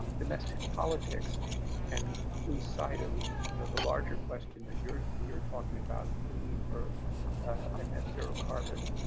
domestic politics and lose sight of you know the larger question that you're you're talking about, the need for a net-zero carbon